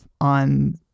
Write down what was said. on